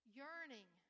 yearning